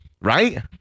Right